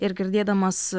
ir girdėdamas